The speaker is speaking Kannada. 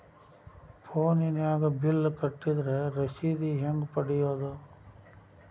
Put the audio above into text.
ಫೋನಿನಾಗ ಬಿಲ್ ಕಟ್ಟದ್ರ ರಶೇದಿ ಹೆಂಗ್ ಪಡೆಯೋದು?